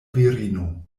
virino